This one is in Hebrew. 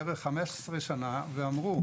בערך כ-15 שנה ואמרו,